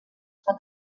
pot